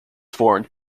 formed